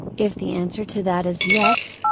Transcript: if the answer to that is yes,